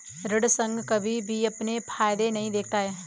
ऋण संघ कभी भी अपने फायदे नहीं देखता है